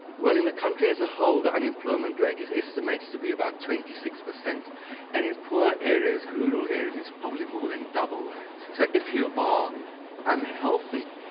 well in the country as a whole the unemployment rate is estimated to be about twenty six per cent and in poor areas, rural areas, it's probably more than double that. so if you are unhealthy,